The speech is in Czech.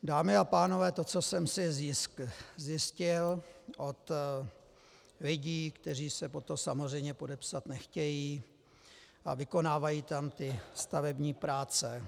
Dámy a pánové, to, co jsem si zjistil od lidí, kteří se pod to samozřejmě podepsat nechtějí a vykonávají tam ty stavební práce...